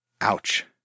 Ouch